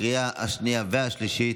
לקריאה השנייה והשלישית.